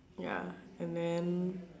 ya and then